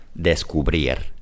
descubrir